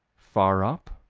far up,